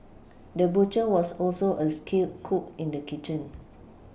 the butcher was also a skilled cook in the kitchen